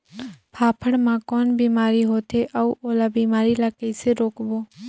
फाफण मा कौन बीमारी होथे अउ ओला बीमारी ला कइसे रोकबो?